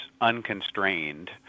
unconstrained